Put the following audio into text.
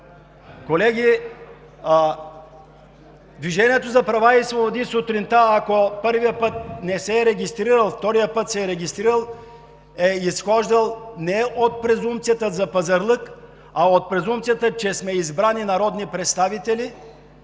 Колеги, „Движението за права и свободи“ ако сутринта първия път не се е регистрирало, втория път се е регистрирало, е изхождало не от презумпцията за пазарлък, а от презумпцията, че сме избрани народни представители